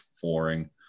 flooring